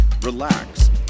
relax